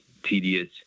tedious